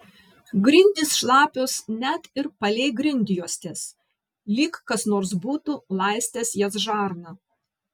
grindys šlapios net ir palei grindjuostes lyg kas nors būtų laistęs jas žarna